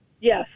Yes